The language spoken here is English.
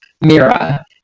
Mira